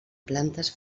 plantes